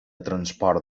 transport